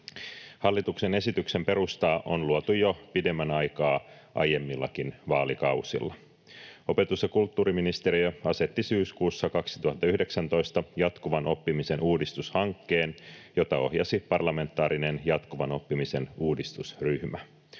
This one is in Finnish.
Hallituksen esityksen perustaa on luotu jo pidemmän aikaa aiemmillakin vaalikausilla. Opetus‑ ja kulttuuriministeriö asetti syyskuussa 2019 jatkuvan oppimisen uudistushankkeen, jota ohjasi parlamentaarinen jatkuvan oppimisen uudistusryhmä.